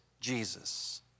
Jesus